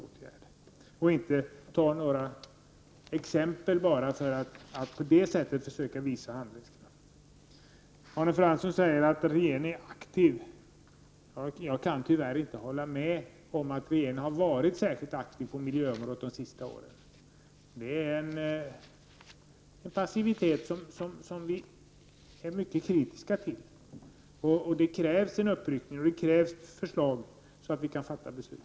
Det räcker inte att bara peka på några exempel bara för att på det sättet försöka visa handlingsvilja. Jan Fransson säger att regeringen är aktiv. Jag kan tyvärr inte hålla med honom på den punkten. Jag tycker nämligen inte att regeringen har varit särskilt aktiv på miljöområdet under de senaste åren. Denna passivitet är vi mycket kritiskt inställda till. Det krävs kanske en uppryckning. Vidare krävs det förslag, så att vi kan fatta beslut.